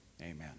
amen